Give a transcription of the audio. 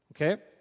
Okay